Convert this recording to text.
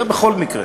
זה בכל מקרה,